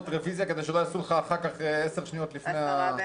הצבעה בעד, 10 נגד, אין נמנעים, 1 ההצעה אושרה.